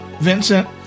Vincent